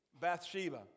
Bathsheba